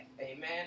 Amen